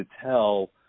tell